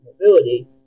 mobility